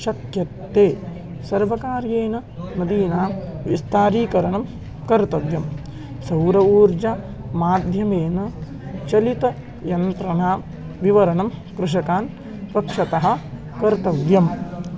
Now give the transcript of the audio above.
शक्यते सर्वकारेण नदीनां विस्तरीकरणं कर्तव्यं सौर ऊर्जामाध्यमेन चलितयन्त्रणां विवरणं कृषकान् पक्षतः कर्तव्यम्